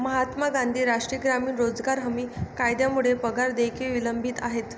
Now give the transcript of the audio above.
महात्मा गांधी राष्ट्रीय ग्रामीण रोजगार हमी कायद्यामुळे पगार देयके विलंबित आहेत